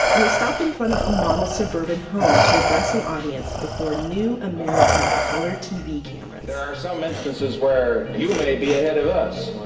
and they stopped in front of a model suburban home to address an audience before new american color tv cameras there are so many um instances where you may be ahead of us,